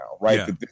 Right